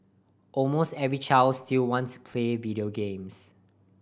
almost every child still want to play video games